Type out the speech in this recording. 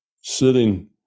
sitting